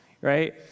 right